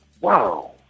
Wow